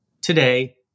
today